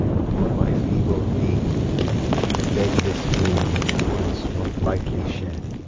upon my feeble knee i beg this boon, with tears not lightly shed,